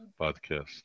podcast